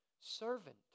servant